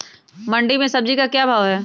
मंडी में सब्जी का क्या भाव हैँ?